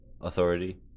authority